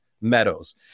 Meadows